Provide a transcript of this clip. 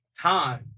Time